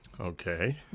Okay